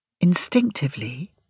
Instinctively